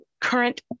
current